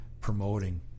promoting